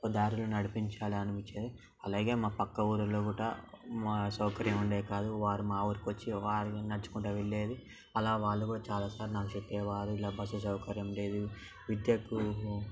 ఓ దారిలో నడిపించాలి అనిపించేది అలాగే మా పక్క ఊరిలో కూడా మా సౌకర్యం ఉండేది కాదు వారు మా ఊరికొచ్చి వారు నడుచుకుంటూ వెళ్ళేది అలా వాళ్ళు కూడా నాకు చాలా సార్లు చెప్పేవాళ్ళు ఇలా బస్సు సౌకర్యం లేదు విద్యకు